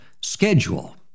schedule